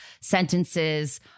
sentences